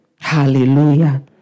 Hallelujah